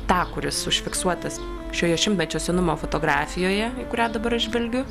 tą kuris užfiksuotas šioje šimtmečio senumo fotografijoje į kurią dabar aš žvelgiu